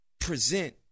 present